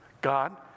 God